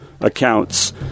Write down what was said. accounts